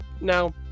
Now